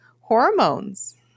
hormones